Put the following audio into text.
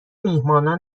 میهمانان